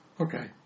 Okay